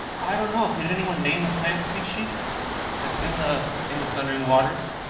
i don't know, can anyone name a plant species that's in the in the thundering waters?